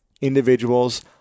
individuals